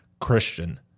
Christian